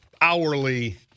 hourly